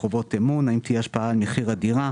האם תהיה השפעה על מחיר הדירה,